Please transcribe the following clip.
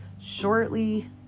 shortly